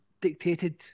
dictated